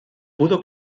pudo